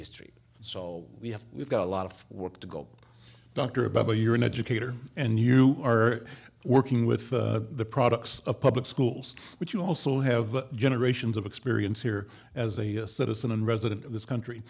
history so we have we've got a lot of work to go doctor about where you're an educator and you are working with the products of public schools but you also have generations of experience here as a citizen and resident of this country